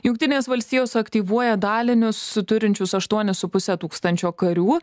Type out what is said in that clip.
jungtinės valstijos aktyvuoja dalinius turinčius aštuonis su puse tūkstančio karių